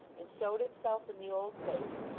and showed itself in the old place.